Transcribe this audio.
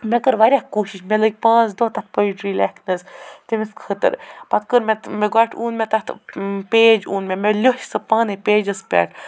مےٚ کٔر وارِیاہ کوٗشِش مےٚ لٔگۍ پانٛژھ دۄہ تتھ پۄیٹری لٮ۪کھنس تٔمِس خٲطر پتہٕ کٔر مےٚ گۄٹھٕ اوٚن مےٚ تتھ پیج اوٚن مےٚ مےٚ لیچھ سَہ پانَے پیج پٮ۪ٹھ